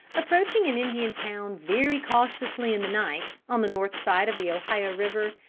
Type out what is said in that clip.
approaching an indian town very cautiously in the night, on the north side of the ohio river,